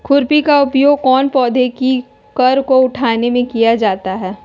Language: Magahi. खुरपी का उपयोग कौन पौधे की कर को उठाने में किया जाता है?